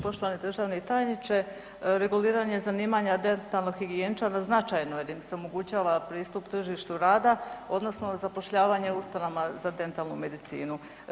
Poštovani državni tajniče, reguliranje zanimanja dentalnog higijeničara značajno je da im se omogućava pristup tržištu rada odnosno zapošljavanje u ustanovama za dentalnu medicinu.